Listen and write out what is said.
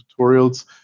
tutorials